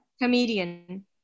Comedian